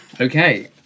Okay